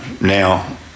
Now